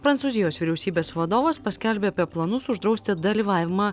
prancūzijos vyriausybės vadovas paskelbė apie planus uždrausti dalyvavimą